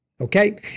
okay